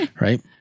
Right